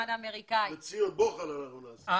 סגן השר לביטחון הפנים דסטה גדי יברקן: דבר נוסף,